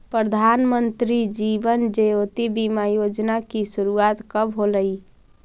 प्रधानमंत्री जीवन ज्योति बीमा योजना की शुरुआत कब होलई